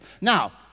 Now